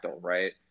right